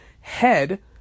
Head